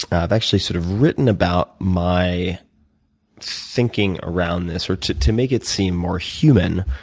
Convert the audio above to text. i've actually sort of written about my thinking around this, or to to make it seem more human,